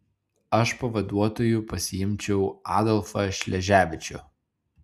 aš pavaduotoju pasiimčiau adolfą šleževičių